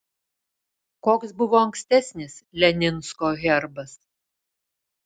koks buvo ankstesnis leninsko herbas